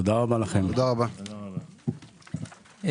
הישיבה ננעלה בשעה 14:45.